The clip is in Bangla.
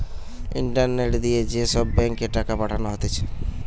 ইন্টারনেট দিয়ে যে সব ব্যাঙ্ক এ টাকা পাঠানো হতিছে